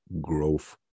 growth